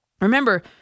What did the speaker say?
Remember